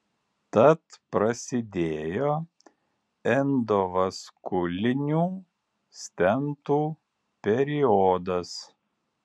tad prasidėjo endovaskulinių stentų periodas